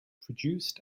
produced